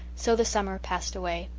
so the summer passed away.